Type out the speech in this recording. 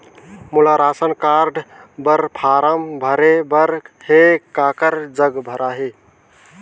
मोला ration card बर form भरे बर हे काकर जग भराही?